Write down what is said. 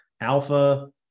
alpha